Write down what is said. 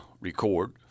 record